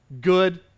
good